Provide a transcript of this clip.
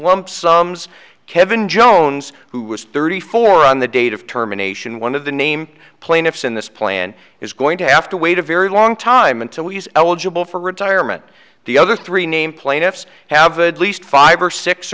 lump sum zz kevin jones who was thirty four on the date of terminations one of the name plaintiffs in this plan is going to have to wait a very long time until he's eligible for retirement the other three named plaintiffs have a good least five or six